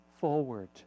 forward